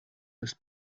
ist